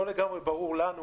שהוא לא לגמרי ברור לנו,